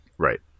right